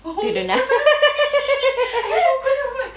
the donut